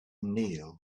kneel